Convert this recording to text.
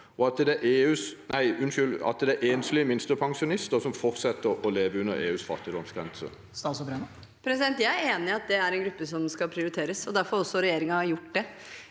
og at det er enslige minstepensjonister som fortsetter å leve under EUs fattigdomsgrense? Statsråd Tonje Brenna Jeg er enig i at det er en gruppe som skal prioriteres, og det er også derfor regjeringen har gjort det.